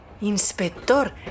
¡Inspector